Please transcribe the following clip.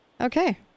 okay